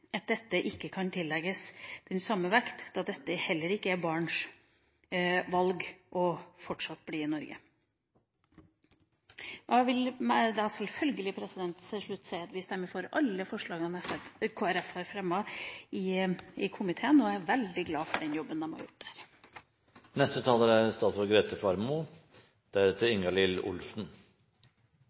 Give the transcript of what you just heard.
at dette ikke kan tillegges den samme vekt, da det heller ikke er barns valg fortsatt å bli i Norge. Jeg vil selvfølgelig til slutt si at vi stemmer for alle forslagene Kristelig Folkeparti har fremmet i komiteen, og jeg er veldig glad for den jobben de har gjort der.